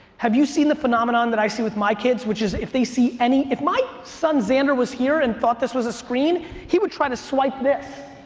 have you seen the phenomenon that i see with my kids, which is if they see any. if my son xander was here and thought this was a screen, he would try to swipe this.